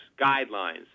guidelines